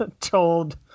told